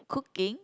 cooking